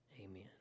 amen